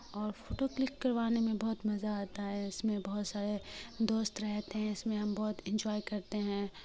اور photo click کروانے میں بہت مزہ آتا ہے اس میں بہت سارے دوست رہتے ہیں اس میں ہم بہت انجوائے کرتے ہیں